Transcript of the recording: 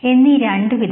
എന്നീ രണ്ടു വിധത്തിൽ